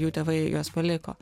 jų tėvai juos paliko